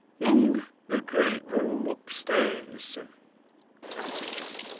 in the great room upstairs, sir answered john.